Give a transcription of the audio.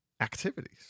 activities